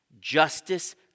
Justice